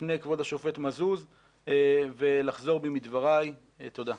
בפני כבוד השופט מזוז ולחזור בי מדבריי, תודה.